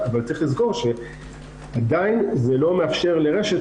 אבל צריך לזכור שזה עדיין לא מאפשר לרשת